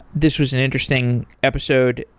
this was an interesting episode.